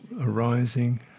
arising